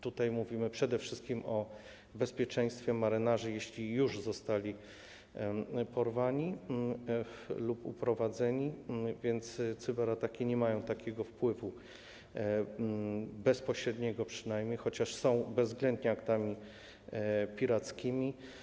Tutaj mówimy przede wszystkim o bezpieczeństwie marynarzy, jeśli już zostali porwani lub uprowadzeni, więc cyberataki nie mają takiego wpływu, przynajmniej bezpośredniego, chociaż są bezwzględnie aktami pirackimi.